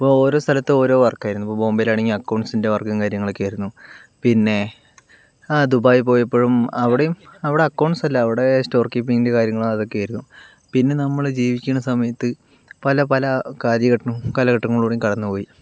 അപ്പോൾ ഓരോ സ്ഥലത്തും ഓരോ വർക്ക് ആയിരുന്നു ഇപ്പോൾ ബോംബായിലാണെങ്കിൽ അക്കൗണ്ട്സിൻ്റെ വർക്കും കാര്യങ്ങളൊക്കെ ആയിരുന്നു പിന്നെ ആ ദുബായ് പോയാപ്പോഴും അവിടെയും അവിടെ അക്കൗണ്ട്സ് അല്ല അവിടെ സ്റ്റോർ കീപ്പിങ്ങിൻ്റെ കാര്യങ്ങളും അതൊക്കെ ആയിരുന്നു പിന്നെ നമ്മള് ജീവിക്കുന്ന സമയത്ത് പല പല കാര്യകട്ടനും കാലഘട്ടങ്ങളിലൂടെയും കടന്നു പോയി